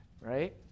right